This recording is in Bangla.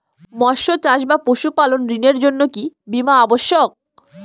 মৎস্য চাষ বা পশুপালন ঋণের জন্য কি বীমা অবশ্যক?